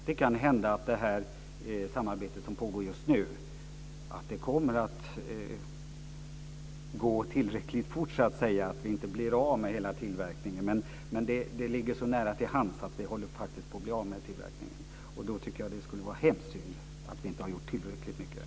Det kan hända att det samarbete som pågår just nu kommer att gå tillräckligt fort så att vi inte blir av med hela tillverkningen. Men det ligger så nära till hands att det faktiskt håller på att bli så, och då tycker jag att det skulle vara hemskt synd om vi inte har gjort tillräckligt mycket.